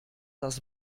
das